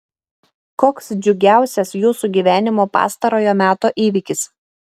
koks džiugiausias jūsų gyvenimo pastarojo meto įvykis